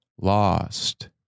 Lost